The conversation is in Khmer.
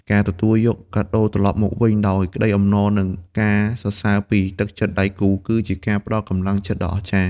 ការទទួលយកកាដូត្រឡប់មកវិញដោយក្ដីអំណរ និងការសរសើរពីទឹកចិត្តដៃគូ គឺជាការផ្ដល់កម្លាំងចិត្តដ៏អស្ចារ្យ។